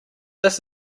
this